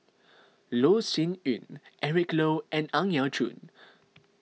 Loh Sin Yun Eric Low and Ang Yau Choon